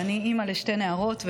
אני אימא לשתי נערות,